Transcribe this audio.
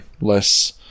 less